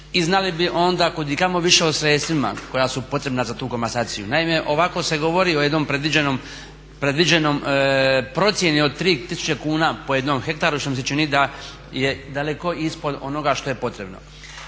i znali bi onda kudikamo više o sredstvima koja su potrebna za tu komasaciju. Naime, ovako se govori o jednoj predviđenoj procjeni od 3000 kuna po 1 hektaru što mi se čini da je daleko ispod onoga što je potrebno.